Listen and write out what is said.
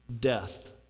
death